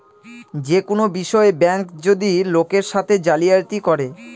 যে কোনো বিষয়ে ব্যাঙ্ক যদি লোকের সাথে জালিয়াতি করে